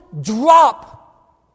drop